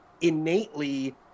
innately